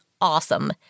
awesome